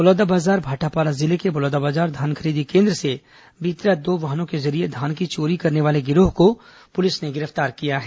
बलौदाबाजार भाटापारा जिले के बलौदाबाजार धान खरीदी केन्द्र से बीती रात दो वाहनों के जरिये धान की चोरी करने वाले गिरोह को पुलिस ने गिरफ्तार किया है